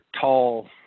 tall